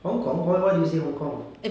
hong kong wh~ why do you say hong kong